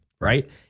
right